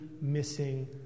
missing